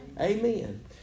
Amen